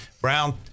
brown